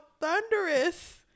thunderous